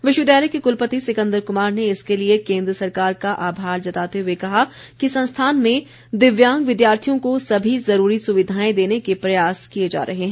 विश्वविद्यालय के कुलपति सिकंदर कुमार ने इसके लिए केन्द्र सरकार का आभार जताते हुए कहा कि संस्थान में दिव्यांग विद्यार्थियों को सभी ज़रूरी सुविधाएं देने के प्रयास किए जा रहे हैं